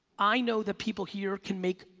i know that people here can make,